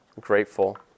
grateful